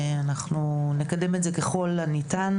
אנחנו נקדם את זה ככל הניתן.